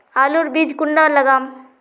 आलूर बीज कुंडा लगाम?